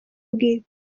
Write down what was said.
bwite